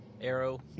Arrow